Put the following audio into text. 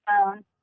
phone